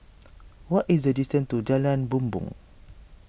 what is the distance to Jalan Bumbong